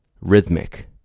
rhythmic